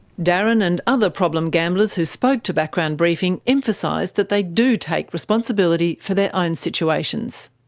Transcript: darren and other problem gamblers who spoke to background briefing emphasised that they do take responsibility for their own situations.